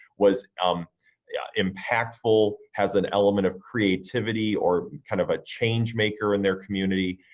was um yeah impactful, has an element of creativity or kind of a change maker in their community.